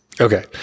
Okay